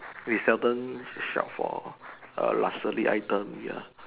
we seldom shop for err luxury item ya